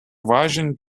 важен